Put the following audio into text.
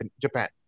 Japan